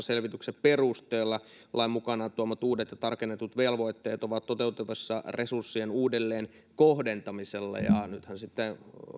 selvityksen perusteella lain mukanaan tuomat uudet tarkennetut velvoitteet ovat toteutettavissa resurssien uudelleen kohdentamisella nythän sitten